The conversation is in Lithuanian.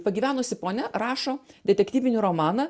pagyvenusi ponia rašo detektyvinį romaną